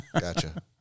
gotcha